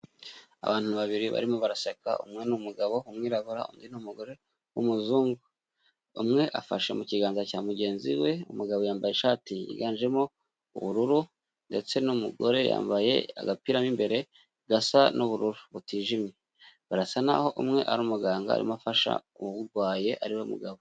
Abantu babiri barimo baraseka, umwe n'umugabo umwirabura undi n'umugore w'umuzungu, umwe afashe mu kiganza cya mugenzi we, umugabo yambaye ishati yiganjemo ubururu, ndetse n'umugore yambaye agapira mo imbere gasa n'ubururu butijimye, barasa naho umwe ari umuganga arimo afasha urwaye ariwe mugabo.